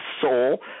soul